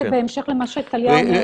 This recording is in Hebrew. בהמשך למה שטליה אומרת,